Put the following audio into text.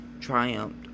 triumphed